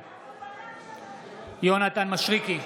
בעד יונתן מישרקי,